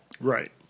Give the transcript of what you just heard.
Right